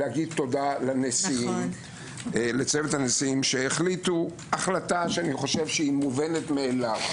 לומר תודה לצוות הנשיאים שהחליטו החלטה מובנת מאליו.